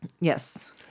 Yes